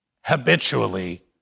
habitually